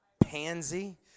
Pansy